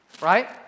Right